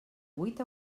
vuit